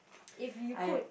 if you could